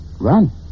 run